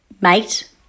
Mate